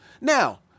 Now